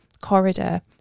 corridor